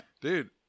dude